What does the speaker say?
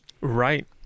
Right